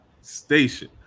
station